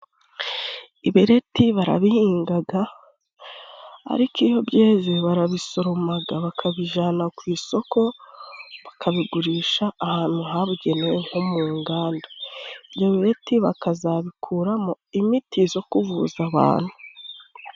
Ibireti barabihingaga, ariko iyo byeze barabisoromaga bakabijana ku isoko, bakabigurisha ahantu habugenewe nko mu nganda. Ibyo bireti bakazabikuramo imiti zo kuvuza abantu.